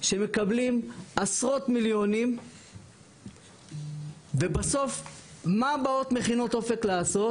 שמקבלים עשרות מיליונים ובסוף מה באות מכינות אופק לעשות?